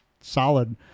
solid